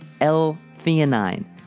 L-theanine